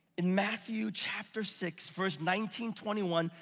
in matthew chapter six, verse nineteen, twenty one.